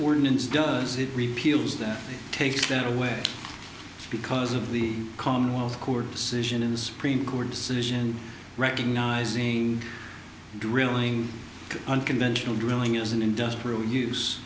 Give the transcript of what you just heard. ordinance does it repeals that takes that away because of the commonwealth court decision in the supreme court decision recognizing drilling unconventional drilling as an industrial use